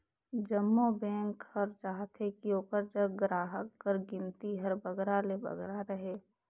जम्मो बेंक हर चाहथे कि ओकर जग गराहक कर गिनती हर बगरा ले बगरा रहें